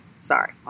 sorry